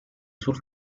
sul